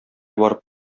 барып